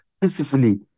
peacefully